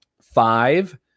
five